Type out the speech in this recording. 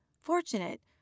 Fortunate